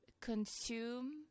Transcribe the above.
consume